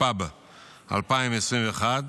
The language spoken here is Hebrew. התשפ"ב 2021,